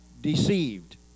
deceived